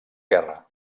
guerra